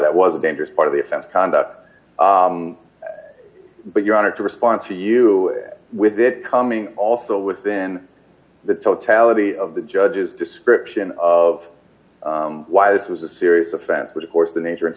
that was a dangerous part of the offense conduct but you wanted to respond to you with it coming also within the totality of the judge's description of why this was a serious offense which of course the nature and